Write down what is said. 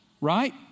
Right